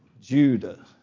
Judah